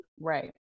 right